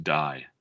die